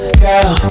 girl